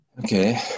Okay